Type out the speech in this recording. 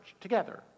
together